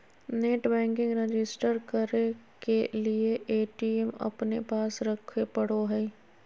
net banking register करे के लिए ए.टी.एम अपने पास रखे पड़ो हइ